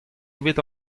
evit